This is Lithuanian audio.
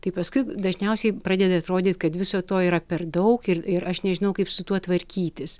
tai paskui dažniausiai pradeda atrodyt kad viso to yra per daug ir ir aš nežinau kaip su tuo tvarkytis